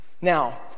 Now